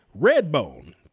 Redbone